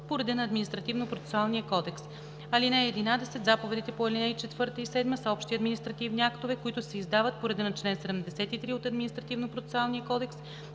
по реда на Административнопроцесуалния кодекс. (11) Заповедите по ал. 4 и 7 са общи административни актове, които се издават по реда на чл. 73 от Административнопроцесуалния кодекс,